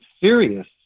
serious